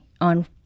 on